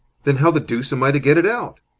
then how the deuce am i to get it out?